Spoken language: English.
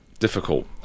difficult